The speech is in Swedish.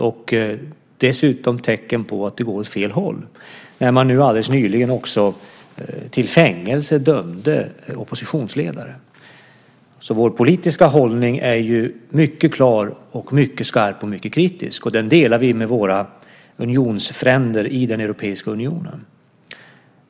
Det är dessutom tecken på att det går åt fel håll, när man nyligen dömde oppositionsledaren till fängelse. Vår politiska hållning är mycket klar, mycket skarp och mycket kritisk. Vi delar den med våra unionsfränder i den europeiska unionen.